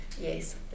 Yes